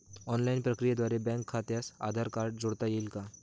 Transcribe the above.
Online प्रक्रियेद्वारे bank खात्यास Aadhaar card जोडता येईल का?